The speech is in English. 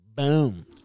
Boom